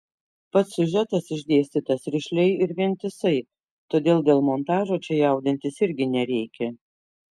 pats siužetas išdėstytas rišliai ir vientisai todėl dėl montažo čia jaudintis irgi nereikia